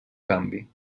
canvi